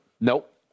Nope